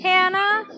Hannah